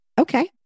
okay